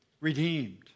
redeemed